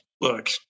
look